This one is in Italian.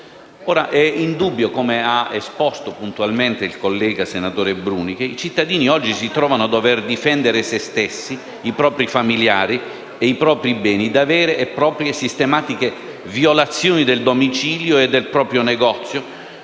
È indubbio, come ha esposto puntualmente il senatore Bruni, che i cittadini oggi si trovano a dover difendere se stessi, i propri familiari e i propri beni da sistematiche violazioni del domicilio e del proprio negozio,